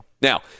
Now